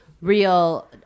real